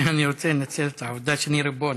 אני רוצה לנצל את העובדה שאני הריבון.